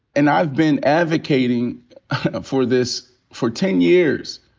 and i've been advocating for this for ten years.